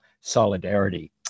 solidarity